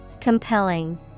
Compelling